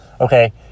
okay